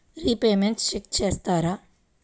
Repayments check చేస్తారా?